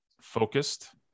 focused